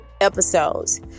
episodes